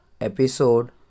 Episode